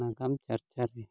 ᱱᱟᱜᱟᱢ ᱪᱟᱨᱪᱟ ᱨᱮ